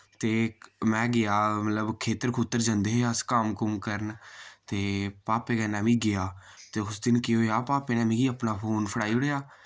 ते मैं गेआ मतलब खेत्तर खुत्तर जन्दे हे अस कम्म कुम्म करन ते पापे कन्नै मि गेआ ते उसदिन केह् होआ पापे नै मिगी अपना फोन फड़ाई ओड़ेआ